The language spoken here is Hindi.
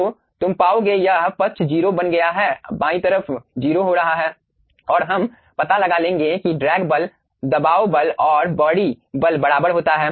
तो तुम पाओगे यह पक्ष 0 बन गया हैबाई तरफ 0 हो रहा है और हम पता लगा लेंगे कि ड्रैग बल दबाव बल और बॉडी बल बराबर होता है